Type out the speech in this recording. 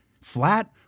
flat